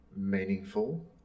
Meaningful